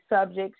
subjects